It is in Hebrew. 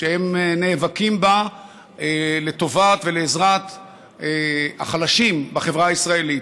והם נאבקים בה לטובת ולעזרת החלשים בחברה הישראלית.